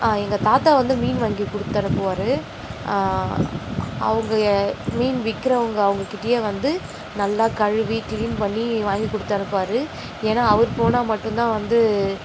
எங்கள் தாத்தா வந்து மீன் வாங்கி கொடுத்து அனுப்புவார் அவங்க எ மீன் விற்கிறவுங்க அவங்கக்கிட்டியே வந்து நல்லா கழுவி கிளீன் பண்ணி வாங்கிக் கொடுத்து அனுப்புவார் ஏன்னால் அவர் போனால் மட்டுந்தான் வந்து